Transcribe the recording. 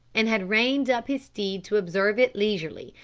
and had reined up his steed to observe it leisurely,